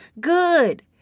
Good